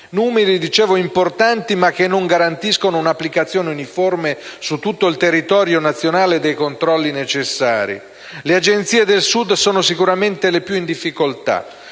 numeri importanti, ma che non garantiscono un'applicazione uniforme su tutto il territorio nazionale dei controlli necessari. Le Agenzie del Sud sono sicuramente le più in difficoltà,